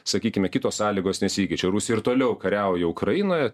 sakykime kitos sąlygos nesikeičia čia rusija ir toliau kariauja ukrainoje